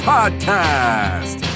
Podcast